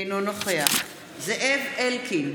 אינו נוכח זאב אלקין,